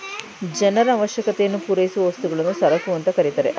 ಜನರ ಅವಶ್ಯಕತೆಯನ್ನು ಪೂರೈಸುವ ವಸ್ತುಗಳನ್ನು ಸರಕುಗಳು ಅಂತ ಕರೆತರೆ